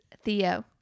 Theo